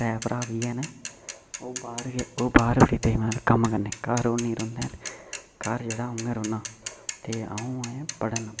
त्रैऽ भ्राऽ बी है'न ओह् बाह्र ओह् बाह्र गै गेदे कम्म करने गी ओह् घर निं रौहंदे है'न घर जेह्ड़ा अं'ऊ गै रौह्ना ते अं'ऊ हू'न पढ़ा ना